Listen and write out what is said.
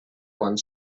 quan